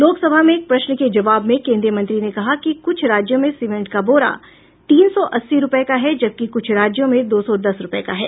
लोकसभा में एक प्रश्न के जवाब में केंद्रीय मंत्री ने कहा कि कुछ राज्यों में सीमेंट का बोरा तीन सौ अस्सी रूपये का है जबकि कुछ राज्यों में दो सौ दस रूपये का है